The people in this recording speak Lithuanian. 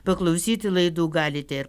paklausyti laidų galite ir